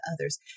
others